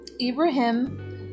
Ibrahim